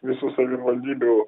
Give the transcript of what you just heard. visų savivaldybių